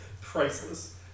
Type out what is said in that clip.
priceless